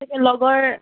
লগৰ